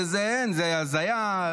זה הזיה,